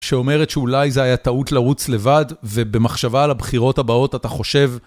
שאומרת שאולי זה היה טעות לרוץ לבד, ובמחשבה על הבחירות הבאות אתה חושב...